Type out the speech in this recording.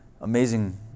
amazing